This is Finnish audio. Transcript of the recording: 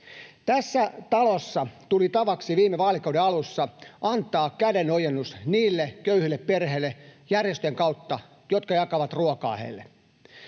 Tässä talossa tuli tavaksi viime vaalikauden alussa antaa kädenojennus köyhille perheille niiden järjestöjen kautta, jotka jakavat ruokaa heille.